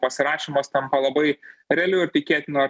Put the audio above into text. pasirašymas tampa labai realiu ir tikėtina